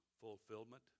fulfillment